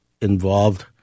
involved